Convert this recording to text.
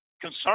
concern